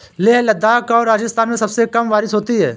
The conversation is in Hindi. लेह लद्दाख और राजस्थान में सबसे कम बारिश होती है